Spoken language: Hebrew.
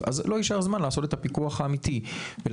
אז לא יישאר זמן לעשות את הפיקוח האמיתי ולהגיע